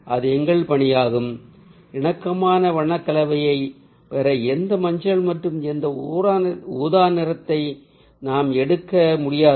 அது எங்கள் பணியாகும் இணக்கமான வண்ண கலவையைப் பெற எந்த மஞ்சள் மற்றும் எந்த ஊதா நிறத்தையும் நாம் எடுக்க முடியாது